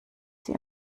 sie